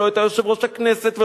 ולא את יושב-ראש הכנסת,